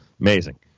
Amazing